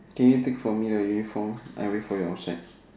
can you take for me the uniform I wait for you outside